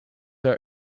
are